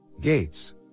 Gates